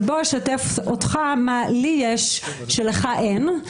אבל בוא אשתף אותך מה לי יש שלך אין,